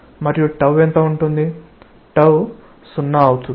మరియు ఎంత ఉంటుంది సున్నా అవుతుంది